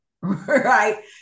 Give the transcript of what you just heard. Right